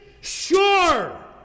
sure